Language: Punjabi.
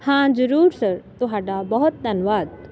ਹਾਂ ਜ਼ਰੂਰ ਸਰ ਤੁਹਾਡਾ ਬਹੁਤ ਧੰਨਵਾਦ